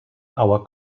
our